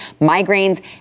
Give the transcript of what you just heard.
migraines